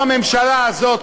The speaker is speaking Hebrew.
הממשלה הזאת,